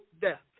death